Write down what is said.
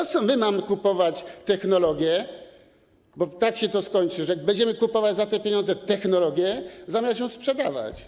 Dlaczego my mamy kupować technologię - bo tak to się skończy, że będziemy kupować za te pieniądze technologię - zamiast ją sprzedawać?